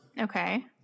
Okay